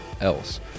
else